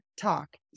talk